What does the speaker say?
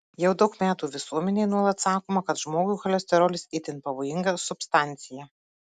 jau daug metų visuomenei nuolat sakoma kad žmogui cholesterolis itin pavojinga substancija